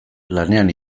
lanean